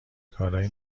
کارای